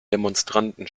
demonstranten